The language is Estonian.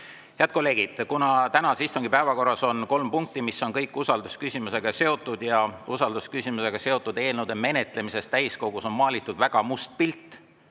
kolleegid! Tänase istungi päevakorras on kolm punkti, mis on kõik usaldusküsimusega seotud. Kuna usaldusküsimusega seotud eelnõude menetlemisest täiskogus on maalitud teadlikult